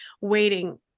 waiting